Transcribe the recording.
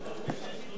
היושב-ראש ב-18:00,